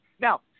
Now